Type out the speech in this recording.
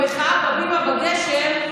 במחאה בהבימה בגשם,